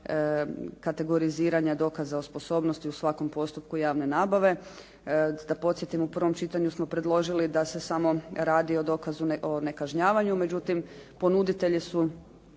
kategoriziranja dokaza o sposobnosti u svakom postupku javne nabave. Da podsjetim, u prvom čitanju smo predložili da se samo radi o dokazu o nekažnjavanju, međutim ponuditelji su